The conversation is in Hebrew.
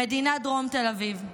במדינת דרום תל אביב.